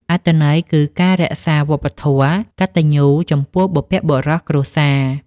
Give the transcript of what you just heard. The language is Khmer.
អត្ថន័យគឺការរក្សាវប្បធម៌កតញ្ញូចំពោះបុព្វបុរសគ្រួសារ។